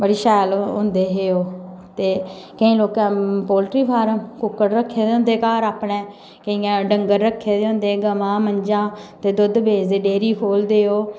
बडी शैल होंदे हे ओह् ते केंई लोकें दा पोल्टरी फार्म कुक्कड़ रक्खे दे होंदे घार अपने केइयें डंगर रक्खे दे होंदे गवां मझां ते दुद्ध बेचदे डेरी खोह्लदे ओह्